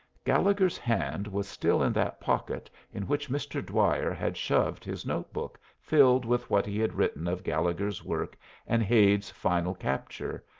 gallegher's hand was still in that pocket in which mr. dwyer had shoved his notebook filled with what he had written of gallegher's work and hade's final capture,